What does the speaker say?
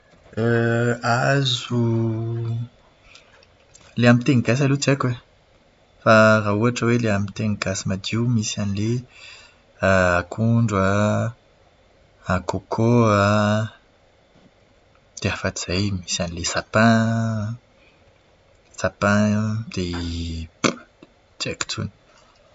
Hazo ilay amin'ny teny gasy aloha tsy haiko e. Fa raha ohatra hoe amin'ny teny gasy madio misy an'ilay akondro an, koko an, dia afa-tsy izay misy an'ilay sapin, sapin dia tsy haiko intsony.